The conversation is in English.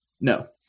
No